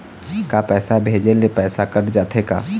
का पैसा भेजे ले पैसा कट जाथे का?